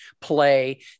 play